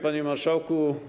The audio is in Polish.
Panie Marszałku!